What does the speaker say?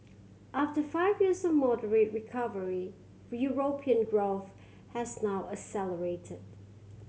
after five years of moderate recovery European growth has now accelerated